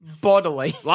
bodily